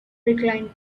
reclined